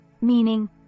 meaning